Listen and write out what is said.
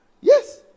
Yes